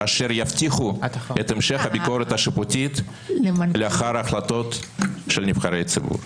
אשר יבטיחו את המשך הביקורת השיפוטית לאחר החלטות של נבחרי ציבור.